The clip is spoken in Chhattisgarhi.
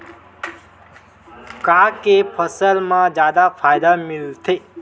का के फसल मा जादा फ़ायदा मिलथे?